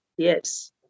Yes